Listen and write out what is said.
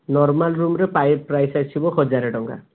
normal ରୁମ୍ରେ price ଆସିବା ହଜାର ଟଙ୍କା